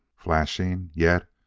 flashing yet,